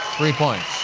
three points.